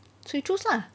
so you choose lah